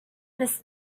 mrs